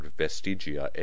vestigia